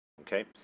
Okay